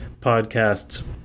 podcasts